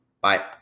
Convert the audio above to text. Bye